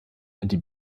die